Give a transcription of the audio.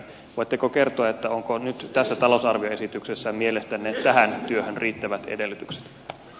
voitteko kertoa onko nyt tässä talousarvioesityksessä mielestänne tähän työhön riittävät edellytykset